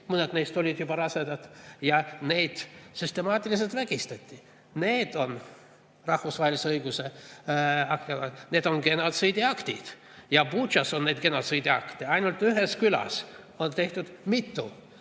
Mõned neist olid juba rasedad, aga neid süstemaatiliselt vägistati. Need on rahvusvahelise õiguse järgi genotsiidiaktid. Ja Butšas on neid genotsiidiakte – ainult ühes külas – tehtud mitu.